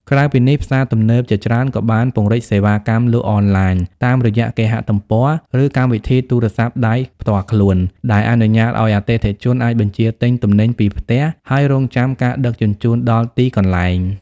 ក្រៅពីនេះ ផ្សារទំនើបជាច្រើនក៏បានពង្រីកសេវាកម្មលក់អនឡាញ តាមរយៈគេហទំព័រ ឬកម្មវិធីទូរសព្ទដៃផ្ទាល់ខ្លួន ដែលអនុញ្ញាតឲ្យអតិថិជនអាចបញ្ជាទិញទំនិញពីផ្ទះ ហើយរង់ចាំការដឹកជញ្ជូនដល់ទីកន្លែង។